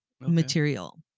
material